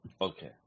Okay